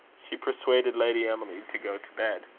she persuaded lady emily to go to bed.